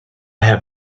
have